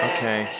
Okay